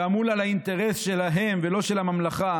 שאמון על האינטרס שלהם ולא של הממלכה,